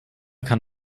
kann